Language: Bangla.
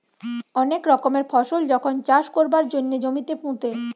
অনেক রকমের ফসল যখন চাষ কোরবার জন্যে জমিতে পুঁতে